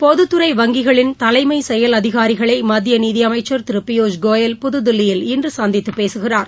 பொதுத்துறை வங்கிகளின் தலைமைச் செயல் அதிகாரிகளை மத்திய நிதியமைச்சா் திரு பியூஷ் கோயல் புதுதில்லியில் இன்று சந்தித்துப் பேசுகிறார்